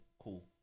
cool